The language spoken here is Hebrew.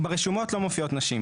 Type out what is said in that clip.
ברשומות לא מופיעות נשים.